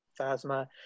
Phasma